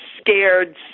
scared